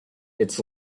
its